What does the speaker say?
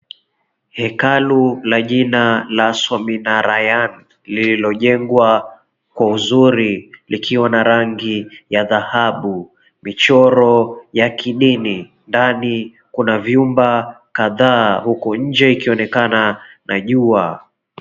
Ekalu la jina la Suamirayan lililojengwa kwa uzuri likiwa na rangi ya dhahabu michoro ya kidini ndani kuna vyumba kadhaa huku inje ikionekana na jua.